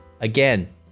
Again